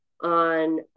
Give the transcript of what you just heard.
on